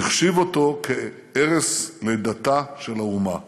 והחשיב אותו לערש לידתה של האומה,